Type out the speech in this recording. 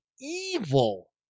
evil